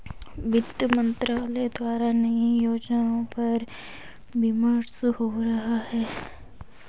वित्त मंत्रालय द्वारा नए योजनाओं पर विमर्श हो रहा है